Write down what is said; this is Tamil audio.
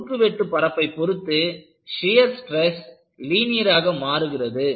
இங்கே குறுக்குவெட்டு பரப்பை பொறுத்து ஷியர் ஸ்டிரஸ் லீனியராக மாறுகிறது